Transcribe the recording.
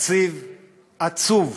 תקציב עצוב.